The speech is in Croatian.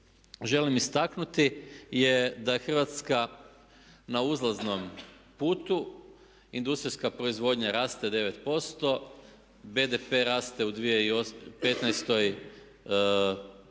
želim istaknuti je da je Hrvatska na uzlaznom putu, industrijska proizvodnja raste 9%, BDP raste u 2015.